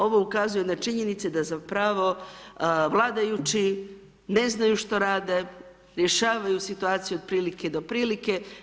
Ovo ukazuje na činjenice da, zapravo, vladajući ne znaju što rade, rješavaju situacije od prilike do prilike.